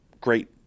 great